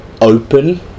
open